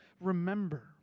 remember